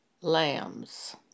lambs